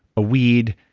a weed.